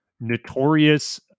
notorious